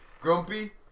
Grumpy